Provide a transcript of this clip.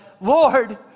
Lord